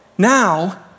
Now